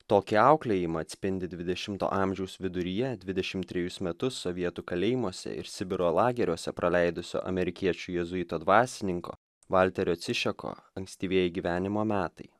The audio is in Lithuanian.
tokį auklėjimą atspindi dvidešimto amžiaus viduryje dvidešim trejus metus sovietų kalėjimuose ir sibiro lageriuose praleidusio amerikiečių jėzuito dvasininko valterio cišeko ankstyvieji gyvenimo metai